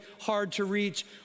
hard-to-reach